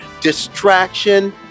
distraction